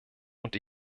und